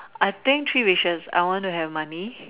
I think three wishes I want to have money